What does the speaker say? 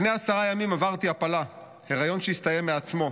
לפני עשרה ימים עברתי הפלה, היריון שהסתיים מעצמו,